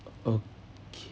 okay